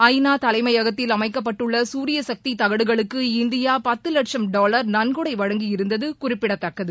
ஐ நா தலைமையகத்தில் அமைக்கப்பட்டுள்ள சூரியசக்தி தகடுகளுக்கு இந்தியா பத்து லட்சம் டாலர் நன்கொடை வழங்கியிருந்தது குறிப்பிடத்தக்கது